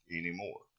anymore